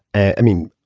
i mean,